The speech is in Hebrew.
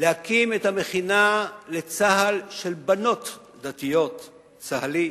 להקים את המכינה לצה"ל של בנות דתיות, "צהלי",